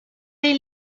des